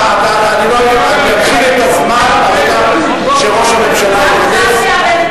הליכוד יאבד את השלטון, גם ש"ס תאבד את השלטון.